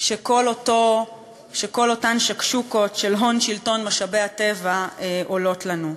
שכל אותן "שקשוקות" של הון שלטון משאבי-הטבע עולות לנו.